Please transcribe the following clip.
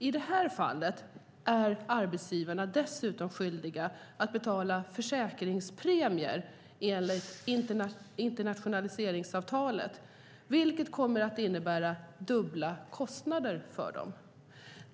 I det här fallet är arbetsgivarna dessutom skyldiga att betala försäkringspremier enligt internationaliseringsavtalet, vilket kommer att innebära dubbla kostnader för dem.